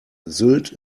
sylt